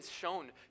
shown